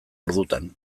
ordutan